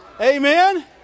Amen